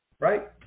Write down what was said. right